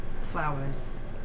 flowers